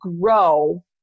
grow